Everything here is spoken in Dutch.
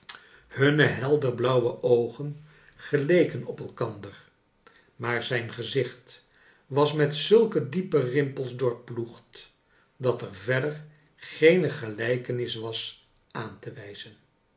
hunne helderblauwe oogen geleken op elkander maar zijn gezicht was met zulke diepe rimpels doorploegd dat er verder geene gelijkenis was aan te wijzen